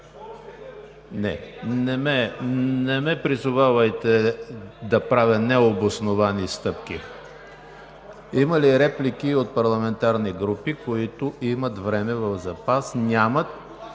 Не, не ме призовавайте да правя необосновани стъпки. Има ли реплики от парламентарни групи, които имат време в запас? Няма.